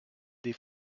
des